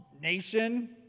Nation